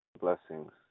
Blessings